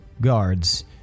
guards